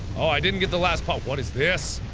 oh i didn't get the last part what is this.